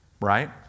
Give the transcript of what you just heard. Right